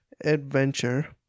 adventure